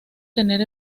tener